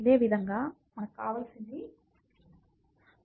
ఇదే మీకు కావలసినది మరియు ఇది పనిచేసే విధానం ఇదే